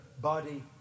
body